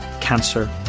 cancer